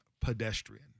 pedestrian